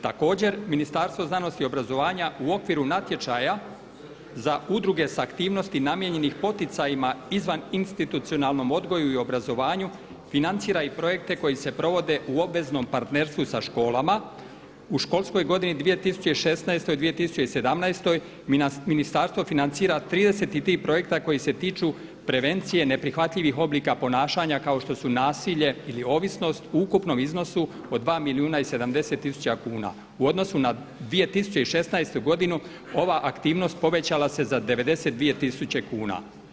Također Ministarstvo znanosti i obrazovanja u okviru natječaja za udruge sa aktivnosti namijenjenih poticajima izvan institucionalnom odgoju i obrazovanju financira i projekte koji se provode u obveznom partnerstvu sa školama u školskoj godini 2016.-2017. ministarstvo financira 33 projekta koji se tiču prevencije ne prihvatljivih oblika ponašanja kao što su nasilje ili ovisnost u ukupnom iznosu od 2 milijuna i 70 tisuća kuna u odnosu na 2016. godinu ova aktivnost povećala se za 92 tisuće kuna.